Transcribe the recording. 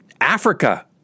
Africa